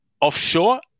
offshore